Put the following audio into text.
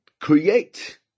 create